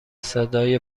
صدای